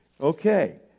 okay